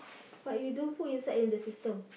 but you don't put inside in the system